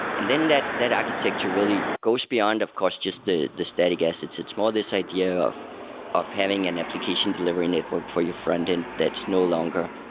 and then that that architecture really goes beyond of course just the the static asset. it's it's more this idea of of having an application delivery network for your frontend that's no longer